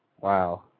Wow